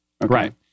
Right